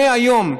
היום,